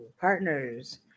partners